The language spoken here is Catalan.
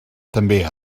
també